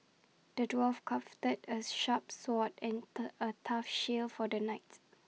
the dwarf crafted A sharp sword and A tough shield for the knight